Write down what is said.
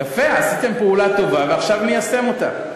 יפה, עשיתם פעולה טובה, ועכשיו ניישם אותה.